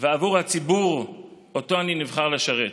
ועבור הציבור שאותו אני נבחר לשרת.